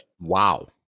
Wow